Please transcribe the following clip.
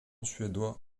suédois